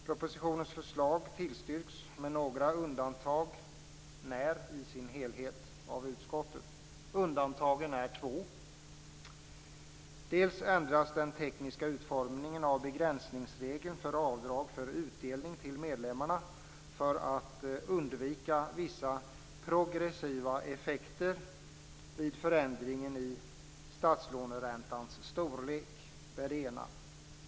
Propositionens förslag tillstyrks med några undantag när i sin helhet av utskottet. Undantagen är två. Dels ändras den tekniska utformningen av begränsningsregeln för avdrag för utdelning till medlemmarna för att undvika vissa progressiva effekter vid förändringar i statslåneräntans storlek.